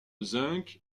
zinc